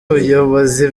ubuyobozi